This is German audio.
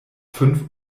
fünf